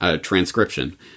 transcription